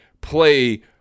play